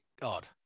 God